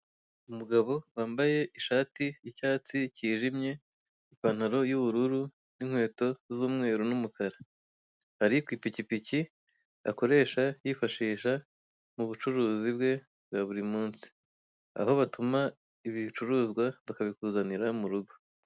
Umugabo wambaye ishati y'icyatsi kjimye, ipantaro y'ubururu, n'inkweto z'umweru n'umukara. Ari ku ipikipiki akoresha yifashisha mu bucuruzi bwe bwa buri munsi, aho ubatuma ibicuruzwa bakabikuzanira mu rugo.